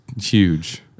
huge